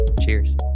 Cheers